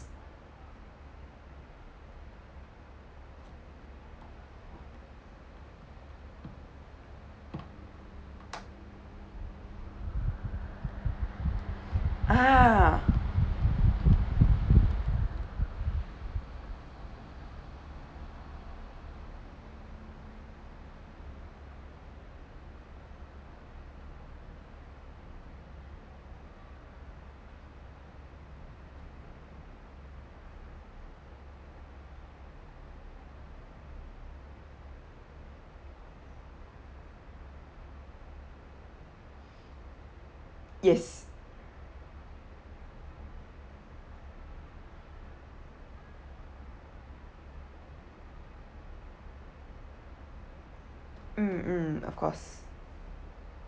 ah yes mm mm of course